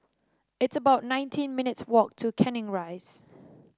it's about nineteen minutes' walk to Canning Rise